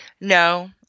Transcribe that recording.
No